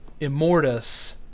Immortus